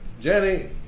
Jenny